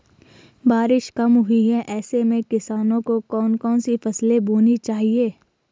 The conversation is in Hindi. बारिश कम हुई है ऐसे में किसानों को कौन कौन सी फसलें बोनी चाहिए?